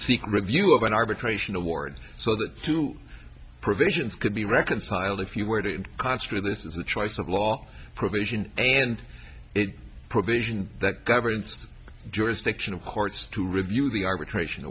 seek review of an arbitration award so that two provisions could be reconciled if you were to construct this is the choice of law provision and it provision that governs jurisdiction of courts to review the arbitration